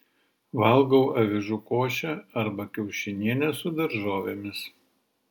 valgau avižų košę arba kiaušinienę su daržovėmis